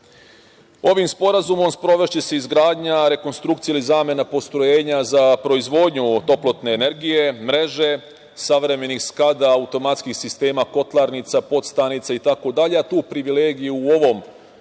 sporazumom sprovešće se izgradnja, rekonstrukcija ili zamena postrojenja za proizvodnju toplotne energije, mreže, savremenih SKADA automatskih sistema, kotlarnica, podstanica itd, a tu privilegiju u ovom